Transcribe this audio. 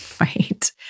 right